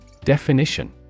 Definition